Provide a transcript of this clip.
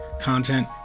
content